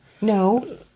No